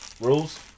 rules